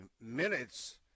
minutes –